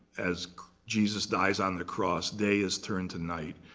as jesus dies on the cross, day is turned to night.